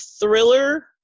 thriller